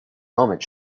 moment